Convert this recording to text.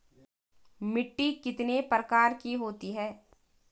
मिट्टी कितने प्रकार की होती है?